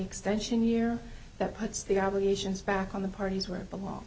extension year that puts the obligations back on the parties where it belong